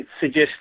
suggest